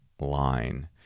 line